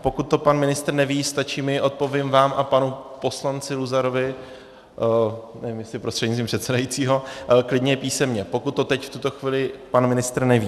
Pokud to pan ministr neví, stačí mně, odpovím vám a panu poslanci Luzarovi prostřednictvím předsedajícího, i klidně písemně, pokud to v tuto chvíli pan ministr neví.